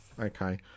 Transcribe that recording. Okay